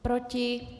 Proti?